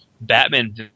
batman